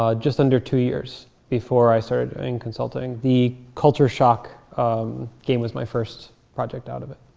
um just under two years before i started doing consulting. the culture shock um game was my first project out of it.